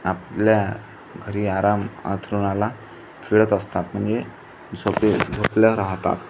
आपल्या घरी आराम अंथरुणाला खिळत असतात म्हणजे झोपले झोपले राहतात